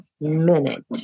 minute